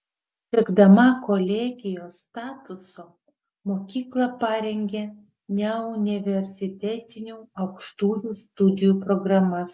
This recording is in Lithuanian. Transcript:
siekdama kolegijos statuso mokykla parengė neuniversitetinių aukštųjų studijų programas